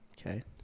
Okay